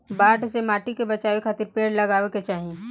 बाढ़ से माटी के बचावे खातिर पेड़ लगावे के चाही